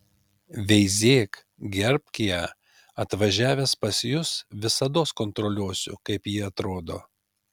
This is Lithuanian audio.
veizėk gerbk ją atvažiavęs pas jus visados kontroliuosiu kaip ji atrodo